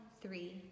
three